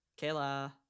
kayla